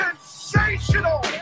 sensational